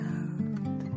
out